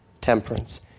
temperance